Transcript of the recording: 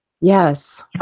Yes